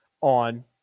on